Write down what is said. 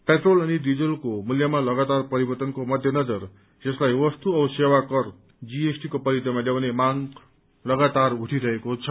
petrol अनि डीजलको मूल्यमा लगातार परिवर्तनको मध्यनजर यसलाई वस्तु औ सेवाकर जीएसटीको परिथिमा ल्याउने माग लगातार उठिरहेको छ